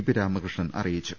P Ramakrishnan അറിയിച്ചു